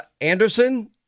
Anderson